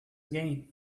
again